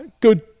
good